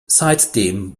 seitdem